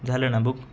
झालं ना बुक